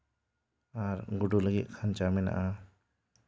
ᱟᱨ ᱜᱩᱰᱩ ᱞᱟᱹᱜᱤᱫ ᱠᱷᱟᱧᱪᱟ ᱢᱮᱱᱟᱜᱼᱟ